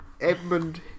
Edmund